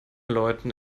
läuten